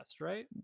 right